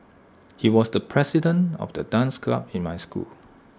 he was the president of the dance club in my school